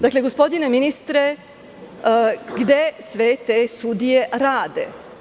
Dakle, gospodine ministre, gde sve te sudije rade?